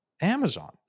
Amazon